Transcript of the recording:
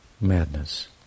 madness